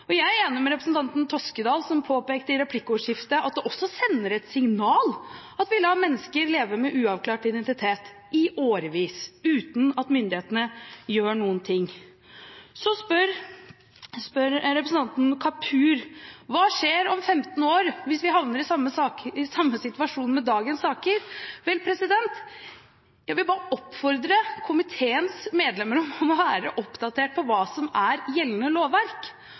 replikkordskiftet at det også sender et signal at vi lar mennesker leve med uavklart identitet i årevis uten at myndighetene gjør noen ting. Så spør representanten Kapur: Hva skjer om 15 år hvis vi havner i samme situasjon med dagens saker? Jeg vil bare oppfordre komiteens medlemmer om å være oppdatert på hva som er gjeldende lovverk,